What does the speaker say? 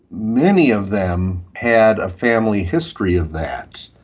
many of them had a family history of that.